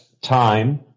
time